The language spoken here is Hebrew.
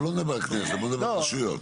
גם רשויות.